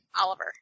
Oliver